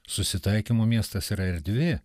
susitaikymo miestas yra erdvė